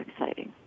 exciting